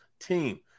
team